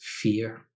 fear